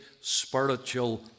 spiritual